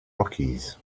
rockies